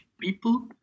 people